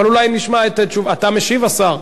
אבל אולי נשמע את תשובת, אתה משיב, השר?